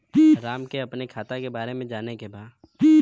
राम के अपने खाता के बारे मे जाने के बा?